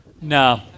No